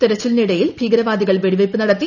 തെരച്ചിലിനിടയിൽ ഭീകരവ്ട്ട്ടീകൾ വെടിവയ്പ്പ് നടത്തി